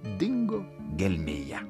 dingo gelmėje